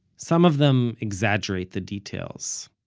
some of them exaggerate the details,